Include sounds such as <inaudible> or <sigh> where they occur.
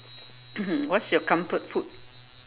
<coughs> what's your comfort food